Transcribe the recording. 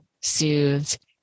soothed